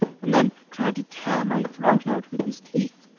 and then tried to tear my throat out with his teeth.